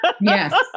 Yes